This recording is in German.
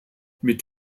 mit